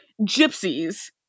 gypsies